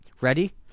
ready